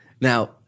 Now